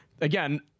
again